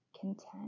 content